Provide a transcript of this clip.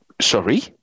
Sorry